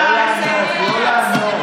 לא לענות.